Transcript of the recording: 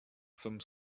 some